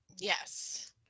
Yes